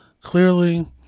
clearly